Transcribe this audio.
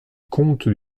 compte